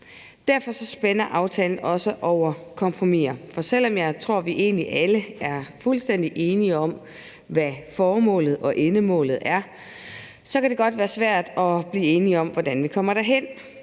Derfor spænder aftalen også over kompromiser. For selv om jeg tror, at vi egentlig alle er fuldstændig enige om, hvad formålet og endemålet er, kan det godt være svært at blive enige om, hvordan vi kommer derhen.